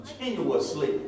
continuously